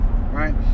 right